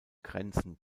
grenzen